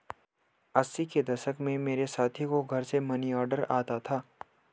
अस्सी के दशक में मेरे साथी को घर से मनीऑर्डर आता था